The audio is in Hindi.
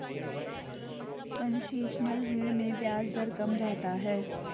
कंसेशनल ऋण में ब्याज दर कम रहता है